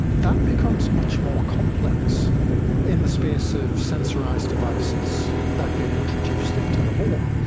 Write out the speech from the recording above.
that becomes much more complex in the space of sensorised devices that get introduced into the home.